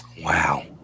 Wow